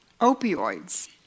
Opioids